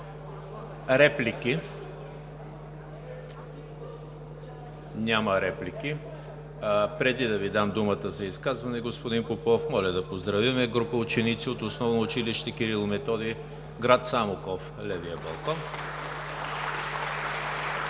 Няма реплики. Преди да Ви дам думата за изказване, господин Попов, моля да поздравим група ученици от Основно училище „Кирил и Методий“, град Самоков – левия балкон.